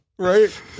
right